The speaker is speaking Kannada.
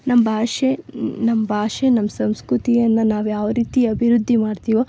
ನಮ್ಮ ಭಾಷೆ ನಮ್ಮ ಭಾಷೆ ನಮ್ಮ ಸಂಸ್ಕೃತಿಯನ್ನು ನಾವು ಯಾವರೀತಿ ಅಭಿವೃದ್ಧಿ ಮಾಡ್ತೀವೋ